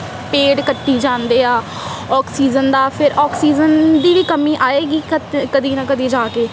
ਪੇੜ ਕੱਟੀ ਜਾਂਦੇ ਆ ਆਕਸੀਜਨ ਦਾ ਫਿਰ ਆਕਸੀਜਨ ਦੀ ਵੀ ਕਮੀ ਆਏਗੀ ਕਦ ਕਦੀ ਨਾ ਕਦੀ ਜਾ ਕੇ